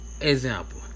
Example